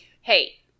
hey